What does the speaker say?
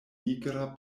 nigra